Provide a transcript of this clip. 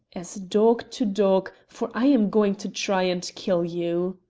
as dog to dog, for i am going to try and kill you!